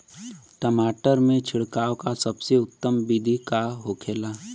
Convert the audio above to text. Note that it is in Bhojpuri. टमाटर में छिड़काव का सबसे उत्तम बिदी का होखेला?